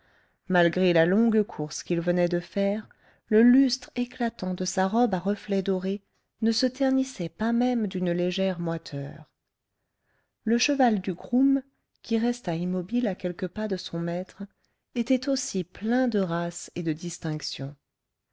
malgré la longue course qu'il venait de faire le lustre éclatant de sa robe à reflets dorés ne se ternissait pas même d'une légère moiteur le cheval du groom qui resta immobile à quelques pas de son maître était aussi plein de race et de distinction